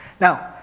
Now